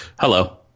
hello